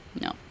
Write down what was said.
No